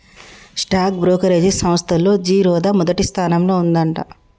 stock brokerage సంస్తల్లో జిరోదా మొదటి స్థానంలో ఉందంట